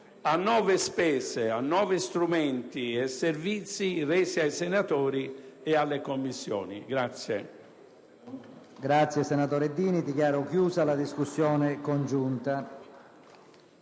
a nuove spese e a nuovi strumenti e servizi resi ai senatori e alle Commissioni.